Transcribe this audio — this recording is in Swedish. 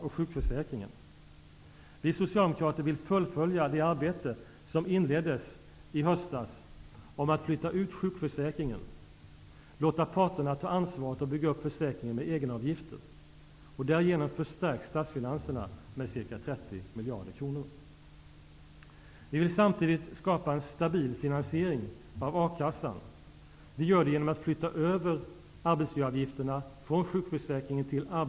Konjunkturinstitutet visar i sin senaste rapport att produktionen kommer att sjunka i år, att vår produktion blir ca 20 miljarder kronor mindre i år än i fjol, att sysselsättningen försvagas och att den redan orimligt höga arbetslösheten fortsätter att öka.